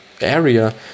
area